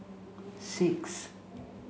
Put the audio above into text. six